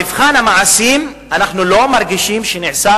במבחן המעשים אנחנו לא מרגישים שנעשו